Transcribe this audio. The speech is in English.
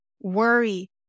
worry